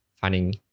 finding